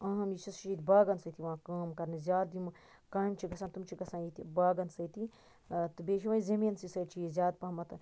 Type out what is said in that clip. عام یُس چھُ سُہ چھُ ییٚتہِ باغَن سۭتۍ یِوان کٲم کَرنہٕ زیاد یِم کامہ چھِ گَژھان تِم چھِ گَژھان ییٚتہِ باغَن سۭتی تہٕ بیٚیہِ چھ وۄنۍ زمیٖنسے سۭتۍ زیاد پَہمَت